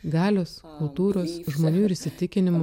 galios kultūros žmonių ir įsitikinimų